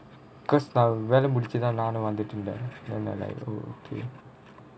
because நான் வேலை முடிச்சு தான் நானும் வந்துட்டு இருந்தேன்:naan velai mudichu thaan naanum vanthuttu irunthaen then I like oh okay